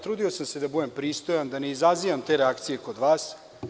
Trudio sam se da budem pristojan, da ne izazivam te reakcije kod vas.